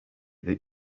that